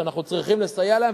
שאנחנו צריכים לסייע להם,